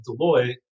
Deloitte